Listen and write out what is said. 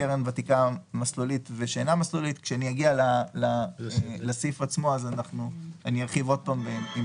קרן ותיקה או קרן חדשה מקיפה, כל